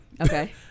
okay